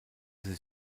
sie